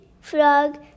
frog